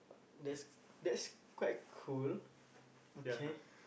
that's that's quite cool okay